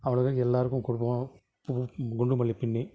அவ்வளோதா எல்லோருக்கும் கொடுப்போம் பூ குண்டுமல்லி பின்னி